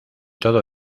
todo